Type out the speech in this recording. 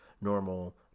normal